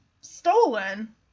stolen